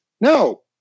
No